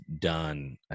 done